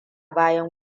bayan